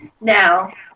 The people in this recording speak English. Now